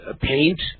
paint